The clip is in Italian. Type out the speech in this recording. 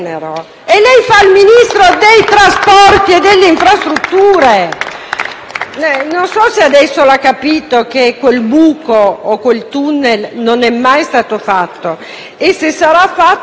Non so se adesso ha capito che quel tunnel non è mai stato fatto e, se sarà fatto, sarà comunque solo ferroviario.